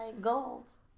goals